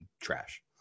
trash